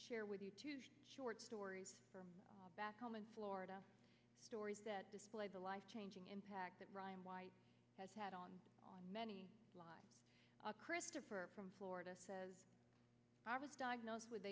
share with you short stories from back home in florida stories that display the life changing impact that ryan white has had on many lives christopher from florida says i was diagnosed with